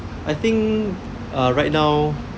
I think uh right now